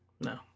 No